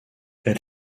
elle